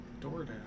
DoorDash